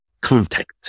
contact